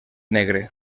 negre